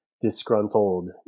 disgruntled